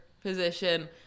position